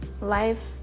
life